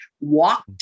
walked